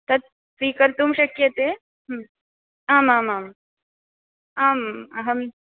तत् स्वीकर्तुं शक्यते आमामाम् आम् अहम्